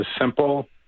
simple